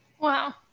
Wow